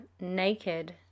naked